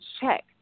check